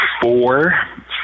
four